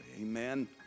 Amen